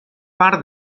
part